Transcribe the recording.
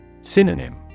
Synonym